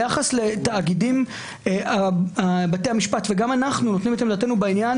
ביחס לתאגידים בתי המשפט וגם אנחנו נותנים את עמדתנו בעניין